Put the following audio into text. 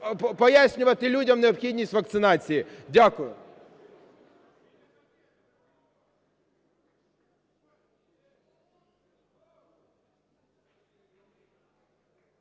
пояснювати людям необхідність вакцинації. Дякую.